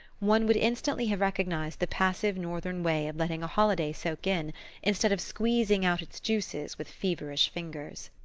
one would instantly have recognized the passive northern way of letting a holiday soak in instead of squeezing out its juices with feverish fingers.